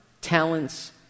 talents